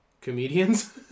Comedians